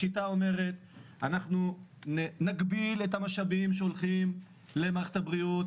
השיטה אומרת שאנחנו נגביל את המשאבים שהולכים למערכת הבריאות,